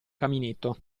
caminetto